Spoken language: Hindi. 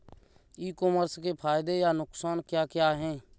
ई कॉमर्स के फायदे या नुकसान क्या क्या हैं?